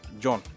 John